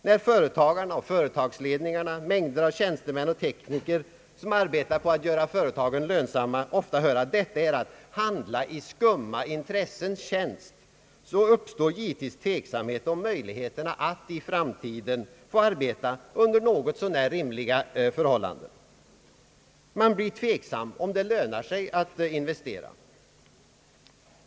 När företagarna och företagsledningarna, mängder av tjänstemän och tekniker, som arbetar på att göra företagen lönsamma, ofta hör att detta är att handla i skumma intressens tjänst, uppstår givetvis tveksamhet om möjligheterna att i framtiden få arbeta under något så när rimliga förhållanden. De blir tveksamma om det lönar sig att investera.